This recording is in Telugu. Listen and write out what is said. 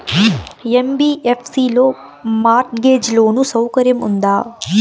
యన్.బి.యఫ్.సి లో మార్ట్ గేజ్ లోను సౌకర్యం ఉందా?